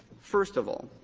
first of all,